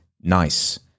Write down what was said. nice